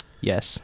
Yes